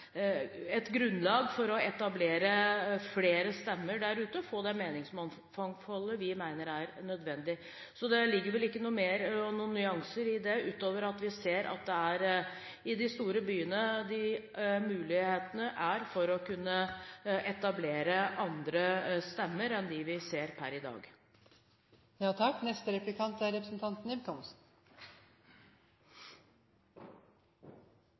et grunnlag for å etablere flere stemmer der ute og få det meningsmangfoldet vi mener er nødvendig. Det ligger ikke noen flere nyanser i det, utover at vi ser at det er i de store byene mulighetene er for å kunne etablere andre stemmer enn de vi har per i dag. Jeg hørte av innlegget til representanten